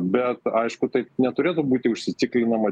bet aišku tai neturėtų būti užsiciklinama